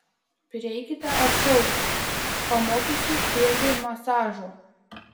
prieikite arčiau pamokysiu pėdų masažo